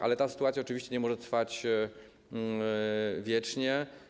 Ale ta sytuacja oczywiście nie może trwać wiecznie.